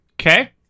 okay